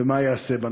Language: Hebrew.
3. מה ייעשה בנושא?